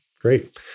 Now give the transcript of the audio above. great